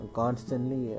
constantly